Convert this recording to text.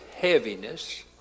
heaviness